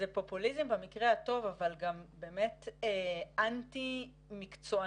זה פופוליזם במקרה הטוב אבל גם אנטי מקצוענות,